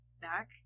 back